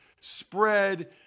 spread